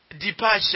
Departure